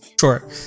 sure